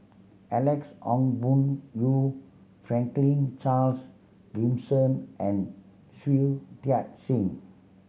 Alex Ong Boon Hau Franklin Charles Gimson and Shui Tit Sing